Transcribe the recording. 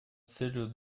целью